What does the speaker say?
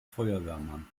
feuerwehrmann